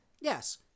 Yes